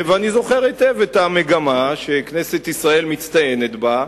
ואני זוכר היטב את המגמה שכנסת ישראל מצטיינת בה.